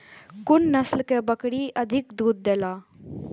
कुन नस्ल के बकरी अधिक दूध देला?